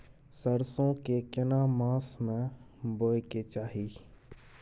सरसो के केना मास में बोय के चाही?